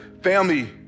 family